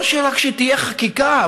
לא רק שתהיה חקיקה,